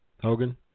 Hogan